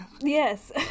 Yes